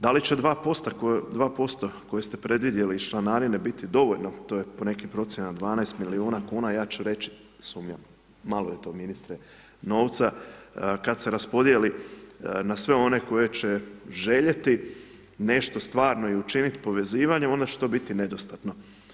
Da li će 2% koje ste predvidjeli iz članarine, biti dovoljno, to je po nekim procjenama 12 milijuna kuna, ja ću reći, sumnjam, malo je to ministre novca kad se raspodijeli na sve one koji će željeti nešto stvarno i učiniti povezivanjem, onda će to biti nedostatno.